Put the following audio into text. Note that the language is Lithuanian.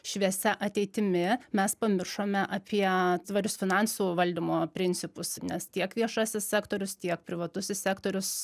šviesia ateitimi mes pamiršome apie tvarius finansų valdymo principus nes tiek viešasis sektorius tiek privatusis sektorius